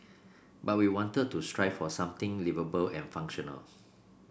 but we wanted to strive for something liveable and functional